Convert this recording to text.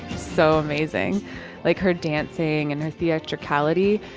so amazing like her dancing and her theatricality.